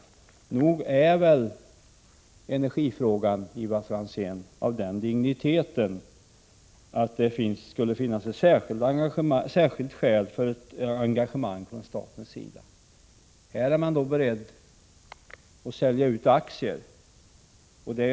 Nog är väl energifrågan, Ivar Franzén av den digniteten att det finns särskilda skäl för ett engagemang från statens sida? Men här är man i stället beredd att sälja ut aktier.